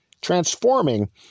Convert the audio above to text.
transforming